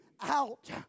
out